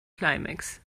climax